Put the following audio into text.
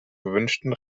gewünschten